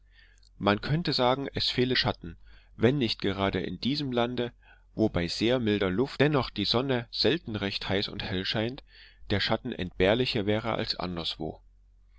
man könnte sagen es fehle schatten wenn nicht gerade in diesem lande wo bei sehr milder luft dennoch die sonne selten recht heiß und hell scheint der schatten entbehrlicher wäre als anderswo